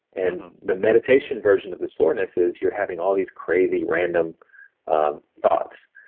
and the meditation version of the soreness is you're having all these crazy random thoughts.